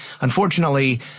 Unfortunately